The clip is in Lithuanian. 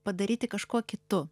padaryti kažkuo kitu